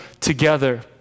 together